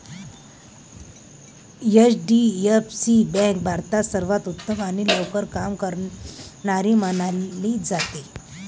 HDFC bank भारतात सर्वांत उत्तम आणि लवकर काम करणारी मानली जाते